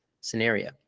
scenario